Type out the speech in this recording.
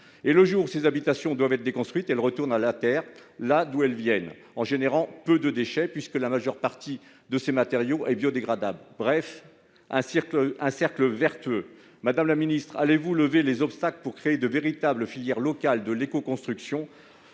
lorsque ces habitations doivent être déconstruites, elles retournent à la terre, d'où elles viennent, en produisant peu de déchets puisque la majeure partie de ces matériaux est biodégradable. Il s'agit donc d'un cercle vertueux. Madame la ministre, allez-vous lever les obstacles pour créer de véritables filières locales de l'écoconstruction,